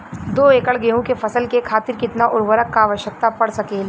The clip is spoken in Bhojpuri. दो एकड़ गेहूँ के फसल के खातीर कितना उर्वरक क आवश्यकता पड़ सकेल?